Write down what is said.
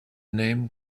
name